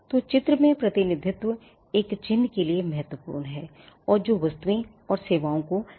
तो चित्रमय प्रतिनिधित्व एक चिह्न के लिए महत्वपूर्ण है और जो वस्तुओं और सेवाओं को अलग करने में सक्षम है